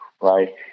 right